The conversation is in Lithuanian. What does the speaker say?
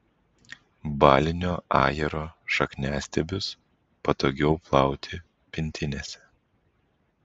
balinio ajero šakniastiebius patogiau plauti pintinėse